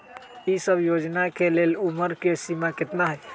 ई सब योजना के लेल उमर के सीमा केतना हई?